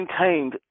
maintained